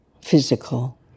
physical